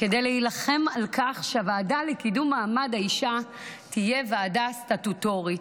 כדי להילחם על כך שהוועדה לקידום מעמד האישה תהיה ועדה סטטוטורית.